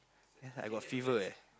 ya I got fever eh